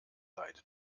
leide